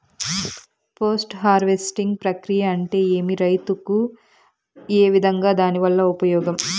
Post harvesting ప్రక్రియ అంటే ఏమి? రైతుకు ఏ విధంగా దాని వల్ల ఉపయోగం?